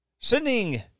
sending